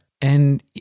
and-